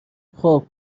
خوب